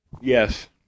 Yes